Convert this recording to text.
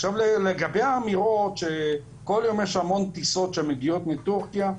עכשיו לגבי האמירות שכל יום יש המון טיסות שמגיעות מטורקיה,